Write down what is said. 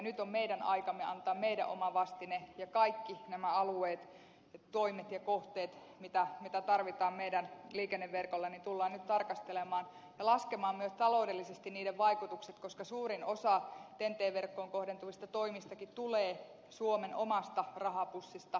nyt on meidän aikamme antaa meidän oma vastine ja kaikki nämä alueet toimet ja kohteet mitä tarvitaan meidän liikenneverkolle tullaan nyt tarkastelemaan ja laskemaan myös taloudellisesti niiden vaikutukset koska suurin osa ten t verkkoon kohdentuvista toimistakin tulee suomen omasta rahapussista